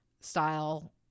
style